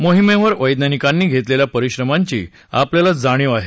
मोहिमेवर वैज्ञानिकांनी घेतलेल्या परिश्रमांची आपल्याला जाणीव आहे